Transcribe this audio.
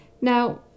Now